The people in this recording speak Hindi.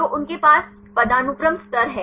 तो उनके पास पदानुक्रम स्तर हैं